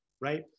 right